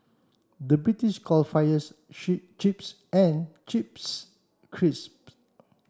the British call fries chips and chips